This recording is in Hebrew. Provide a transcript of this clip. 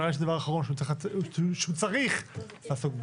נראה לי שזה הדבר האחרון שהוא צריך לעסוק בהם.